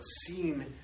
seen